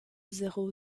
zéro